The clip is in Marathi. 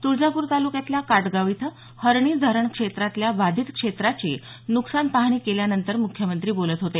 तुळजापूर तालुक्यातल्या काटगाव इथं हरणी धरण क्षेत्रातल्या बाधित क्षेत्राची नुकसान पाहणी केल्यानंतर मुख्यमंत्री बोलत होते